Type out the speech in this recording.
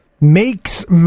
Makes